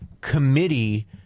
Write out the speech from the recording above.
committee